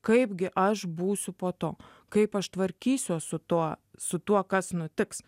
kaip gi aš būsiu po to kaip aš tvarkysiuos su tuo su tuo kas nutiks